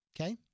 Okay